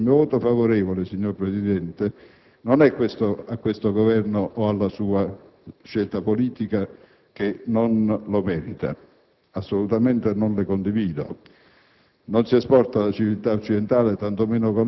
Per questo voterò sì. Il mio voto favorevole, signor Presidente, non è a questo Governo o alla sua scelta politica, che non lo meritano. Assolutamente dissento: